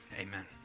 amen